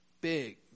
big